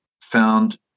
found